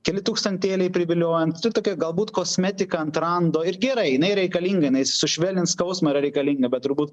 keli tūkstantėliai priviliojan tokia galbūt kosmetika ant rando ir gerai jinai reikalinga sušvelnins skausmą yra reikalinga bet turbūt